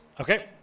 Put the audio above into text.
Okay